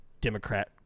Democrat